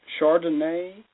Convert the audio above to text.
Chardonnay